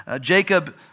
Jacob